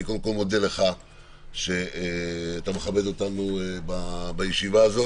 אני קודם כל מודה לך שאתה מכבד אותנו בישיבה הזו